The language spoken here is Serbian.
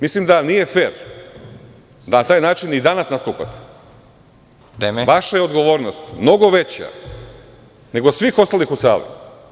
Mislim da nije fer da na taj način i danas nastupate. (Predsednik: Vreme.) Vaša je odgovornost mnogo veća, nego svih ostalih u sali.